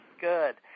Good